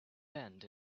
bend